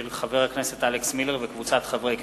של חבר הכנסת אלכס מילר וקבוצת חברי הכנסת.